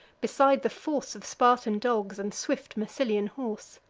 beside the force of spartan dogs, and swift massylian horse.